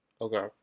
Okay